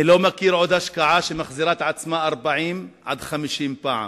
אני לא מכיר עוד השקעה שמחזירה את עצמה 40 עד 50 פעם,